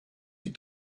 die